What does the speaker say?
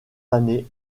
années